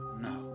No